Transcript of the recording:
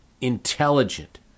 intelligent